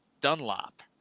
Dunlop